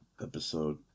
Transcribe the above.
episode